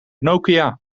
nokia